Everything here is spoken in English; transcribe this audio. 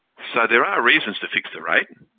so there are reasons to fix the rate.